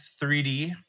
3D